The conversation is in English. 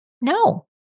no